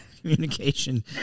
communication